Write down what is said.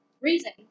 reason